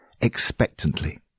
expectantly